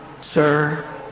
sir